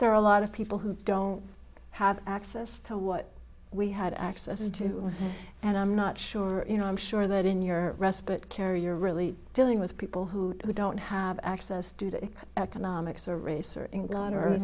there are a lot of people who don't have access to what we had access to and i'm not sure you know i'm sure that in your respite care you're really dealing with people who don't have access to that at a nomics or race or